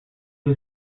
was